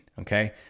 okay